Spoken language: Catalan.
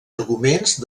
arguments